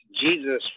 Jesus